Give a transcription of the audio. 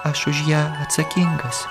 aš už ją atsakingas